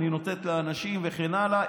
אני נותנת לאנשים וכן הלאה.